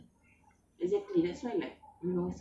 because we will be looking so dull